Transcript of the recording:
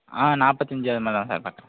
ஆ நாற்பத்தஞ்சாயிர ரூபாமா தான் சார் கட்டணும்